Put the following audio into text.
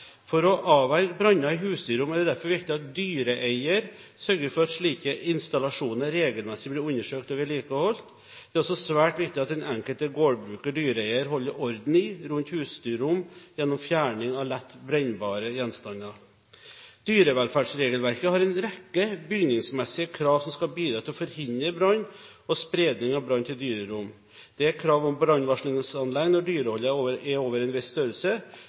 For å avverge branner i husdyrrom er det derfor viktig at dyreeier sørger for at slike installasjoner regelmessig blir undersøkt og vedlikeholdt. Det er også svært viktig at den enkelte gårdbruker og dyreeier holder orden i og rundt husdyrrom gjennom fjerning av lett brennbare gjenstander. Dyrevelferdsregelverket har en rekke bygningsmessige krav som skal bidra til å forhindre brann og spredning av brann til dyrerom. Det er krav om brannvarslingsanlegg når dyreholdet er over en viss størrelse.